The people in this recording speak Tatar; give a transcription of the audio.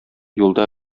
юлда